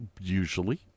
Usually